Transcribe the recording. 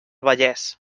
vallès